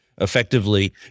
effectively